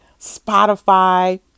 Spotify